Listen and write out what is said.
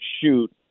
shoot